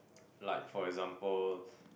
like for example